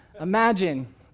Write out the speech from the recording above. imagine